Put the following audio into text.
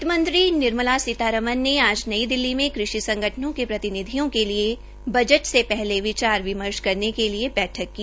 वित मंत्री निर्मला सीतारमन ने आज नई दिल्ली में कृषि संगठनों के प्रतिनिधियों के साथ बजट से पहले विचार विमर्श करने के लिये बैठक की